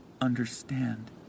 understand